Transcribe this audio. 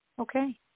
Okay